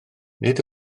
nid